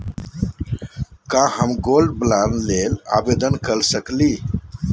का हम gold bond ल आवेदन कर सकली?